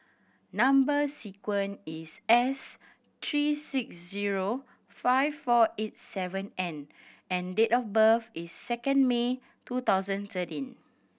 number sequence is S three six zero five four eight seven N and date of birth is second May two thousand thirteen